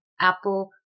Apple